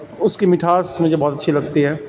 اس کی مٹھاس مجھے بہت اچھی لگتی ہے